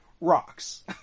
rocks